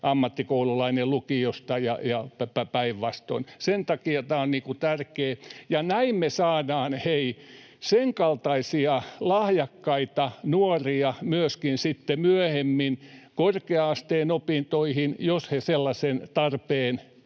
ammattikoululainen lukiosta ja päinvastoin. Sen takia tämä on tärkeä. Ja näin me saadaan, hei, senkaltaisia lahjakkaita nuoria myöskin sitten myöhemmin korkea-asteen opintoihin, jos he sellaisen tarpeen